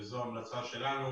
וזו המלצה שלנו